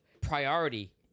priority